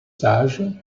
sages